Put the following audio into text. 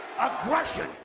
aggression